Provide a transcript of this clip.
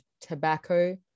tobacco